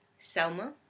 Selma